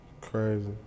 Crazy